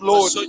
Lord